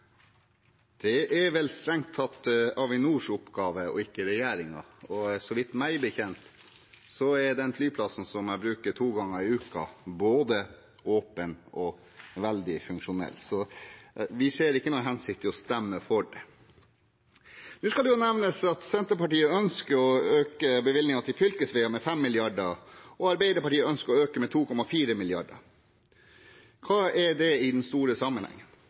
Det er vel strengt tatt Avinors oppgave, ikke regjeringens, og meg bekjent er den flyplassen – som jeg bruker to ganger i uken – både åpen og veldig funksjonell, så vi ser ikke noen hensikt i å stemme for det. Nå skal det nevnes at Senterpartiet ønsker å øke bevilgningene til fylkesveier med 5 mrd. kr, og Arbeiderpartiet ønsker å øke med 2,4 mrd. kr. Hva er det i den store sammenhengen?